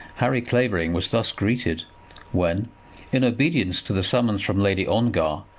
harry clavering was thus greeted when in obedience to the summons from lady ongar,